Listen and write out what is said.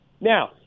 Now